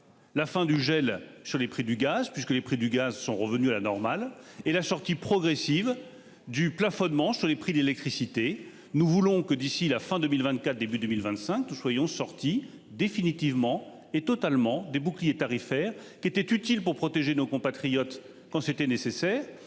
La fin du gel sur les prix du gaz puisque les prix du gaz sont revenues à la normale et la sortie progressive du plafonnement sur les prix d'électricité. Nous voulons que d'ici la fin 2024 début 2025, nous soyons sortis définitivement et totalement des boucliers tarifaires qui était utile pour protéger nos compatriotes quand c'était nécessaire,